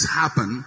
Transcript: happen